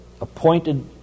appointed